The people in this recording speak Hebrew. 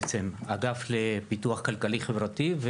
בעצם: אגף לביטוח כלכלי-חברתי,